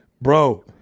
Bro